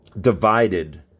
divided